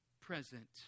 present